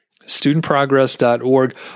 Studentprogress.org